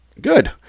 Good